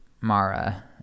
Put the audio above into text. Mara